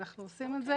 אנחנו עושים את זה